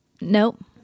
Nope